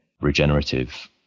regenerative